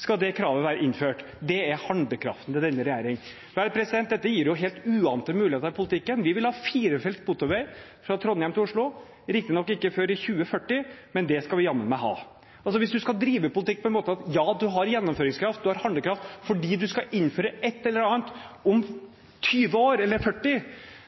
skal det kravet være innført. Det er handlekraften til denne regjeringen. Dette gir helt uante muligheter i politikken. Vi vil ha firefelts motorvei fra Trondheim til Oslo, riktignok ikke før i 2040, men det skal vi jammen meg ha. Hvis man skal drive politikk på den måten at ja, man har gjennomføringskraft, man har handlekraft, fordi man skal innføre et eller annet om 20 eller 40